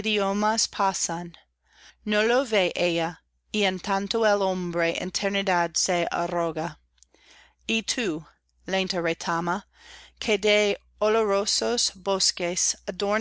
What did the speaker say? no lo ve ella y en tanto el hombre eternidad se arroga y tú lenta retama que de olorosos bosques